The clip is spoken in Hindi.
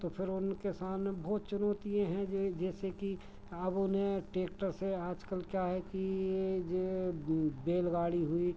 तो फिर उन किसान में बहुत चुनौतियाँ हैं ये जैसे कि अब उन्हें टेक्टर से आज कल क्या है कि ये जे बेलगाड़ी हुई